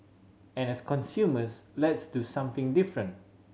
and as consumers let's do something different